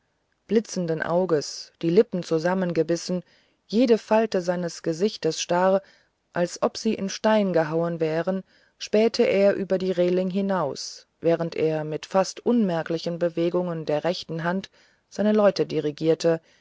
blitzenden auges die lippen zusammengebissen jede falte seines gesichtes starr als ob sie in stein gehauen wäre spähte er über den reeling hinaus während er mit fast unmerklichen bewegungen der rechten hand seine leute dirigierte